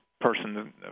person